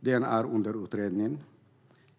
Det är under utredning.